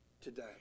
today